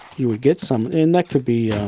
you would get some and that could be